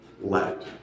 let